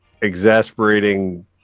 exasperating